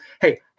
Hey